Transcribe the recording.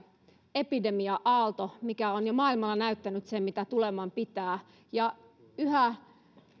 epidemia aalto mikä on jo maailmalla näyttänyt sen mitä tuleman pitää myös yhä